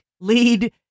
lead